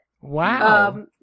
Wow